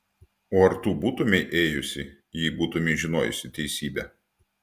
o ar tu būtumei ėjusi jei būtumei žinojusi teisybę